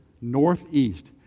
northeast